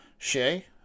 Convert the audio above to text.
Shay